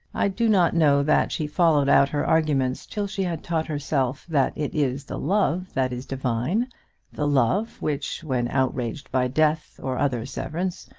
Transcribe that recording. i do not know that she followed out her arguments till she had taught herself that it is the love that is divine the love which, when outraged by death or other severance,